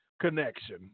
connection